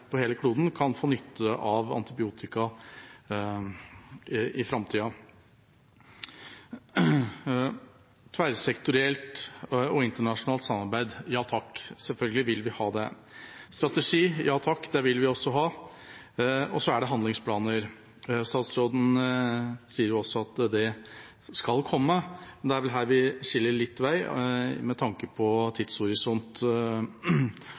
på hele kloden kan få nytte av antibiotika i framtida. Tverrsektorielt og internasjonalt samarbeid – ja takk, selvfølgelig vil vi ha det. Strategi – ja takk, det vil vi også ha. Og så er det handlingsplaner. Statsråden sier jo også at det skal komme, men det er vel her vi skiller litt vei med tanke på tidshorisont